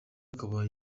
akaba